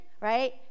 right